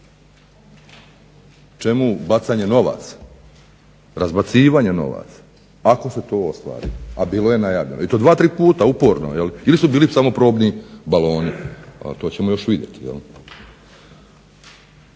Čemu bacanje novaca, razbacivanje novaca ako se to ostvari, a bilo je najavljeno i to dva, tri puta uporno ili su bili samo probni baloni. To ćemo još vidjeti.